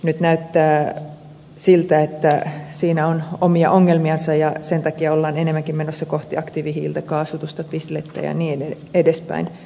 nyt näyttää siltä että siinä on omia ongelmiansa ja sen takia ollaan enemmänkin menossa kohti aktiivihiiltä kaasutusta tisleitä ja niin edelleen